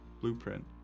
blueprint